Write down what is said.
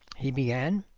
he began.